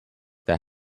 that